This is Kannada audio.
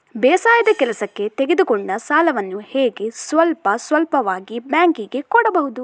ಬೇಸಾಯದ ಕೆಲಸಕ್ಕೆ ತೆಗೆದುಕೊಂಡ ಸಾಲವನ್ನು ಹೇಗೆ ಸ್ವಲ್ಪ ಸ್ವಲ್ಪವಾಗಿ ಬ್ಯಾಂಕ್ ಗೆ ಕೊಡಬಹುದು?